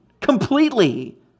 completely